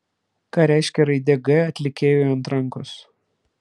ką reiškia raidė g atlikėjui ant rankos